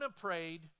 prayed